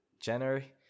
January